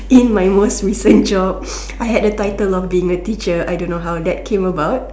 in my most recent job I had a title of being a teacher I don't how that came about